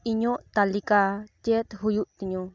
ᱤᱧᱟᱹᱜ ᱛᱟᱞᱤᱠᱟ ᱪᱮᱫ ᱦᱩᱭᱩᱜ ᱛᱤᱧᱟᱹ